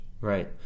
Right